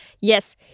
Yes